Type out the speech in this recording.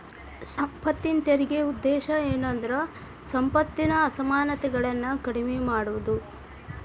ಸಂಪತ್ತಿನ ತೆರಿಗೆ ಉದ್ದೇಶ ಏನಂದ್ರ ಸಂಪತ್ತಿನ ಅಸಮಾನತೆಗಳನ್ನ ಕಡಿಮೆ ಮಾಡುದು